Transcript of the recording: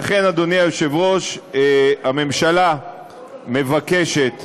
לכן, אדוני היושב-ראש, הממשלה מבקשת